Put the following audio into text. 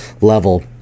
level